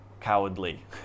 cowardly